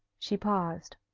she paused.